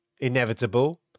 Inevitable